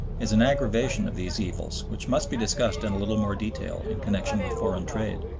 is an aggravation of these evils which must be discussed in a little more detail in connection with foreign trade.